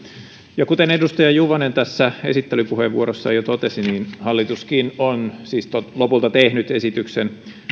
kuten edustaja juvonen esittelypuheenvuorossaan jo totesi hallituskin on siis lopulta tehnyt esityksen